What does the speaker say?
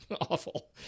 awful